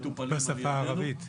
בשפה הערבית?